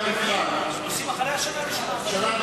ואת המבחנים עושים אחרי השנה הראשונה.